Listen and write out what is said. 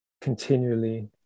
continually